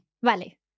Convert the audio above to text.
Vale